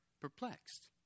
perplexed